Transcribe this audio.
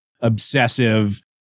obsessive